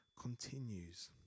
continues